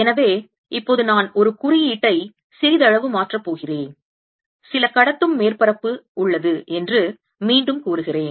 எனவே இப்போது நான் ஒரு குறியீட்டை சிறிதளவு மாற்றப் போகிறேன் சில கடத்தும் மேற்பரப்பு உள்ளது என்று மீண்டும் கூறுகிறேன்